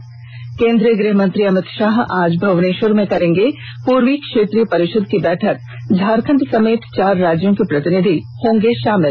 त् केंद्रीय गृह मंत्री अमित शाह आज भुवनेष्वर में करेंगे पूर्वी क्षेत्रीय परिषद की बैठक झारखंड समेत चार राज्यों के प्रतिनिधि होंगे शामिल